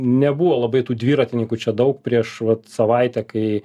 nebuvo labai tų dviratininkų čia daug prieš vat savaitę kai